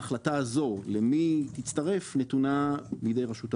ההחלטה הזו למי היא תצטרף נתונה בידי רשות המים.